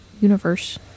universe